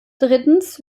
drittens